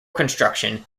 construction